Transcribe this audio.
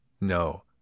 No